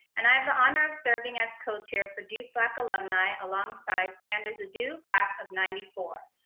and i have the honor of serving as co-chair for duke black alumni alongside sanders adu, class of ninety four.